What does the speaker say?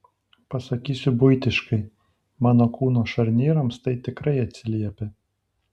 pasakysiu buitiškai mano kūno šarnyrams tai tikrai atsiliepia